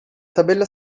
tabella